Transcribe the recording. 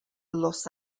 los